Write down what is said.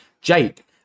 Jake